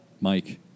Mike